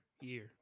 year